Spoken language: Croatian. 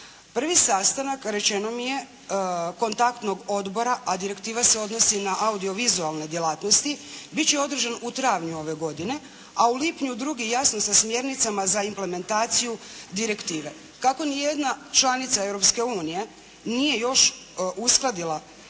Prvi sastanak rečeno mi je, kontaktnog odbora, a direktiva se odnosi na audio vizualne djelatnosti, biti će održan u travnju ove godine, a u lipnju drugi jasno sa smjernicama za implementaciju direktive. Kako ni jedna članica Europske unije nije još uskladila